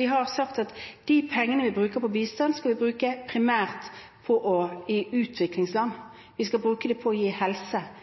Vi har sagt at de pengene vi bruker på bistand, skal vi bruke primært i utviklingsland. Vi skal bruke dem til å gi helse,